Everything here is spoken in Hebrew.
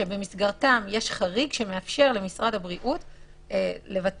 שבמסגרתן יש חריג שמאפשר למשרד הבריאות לבצע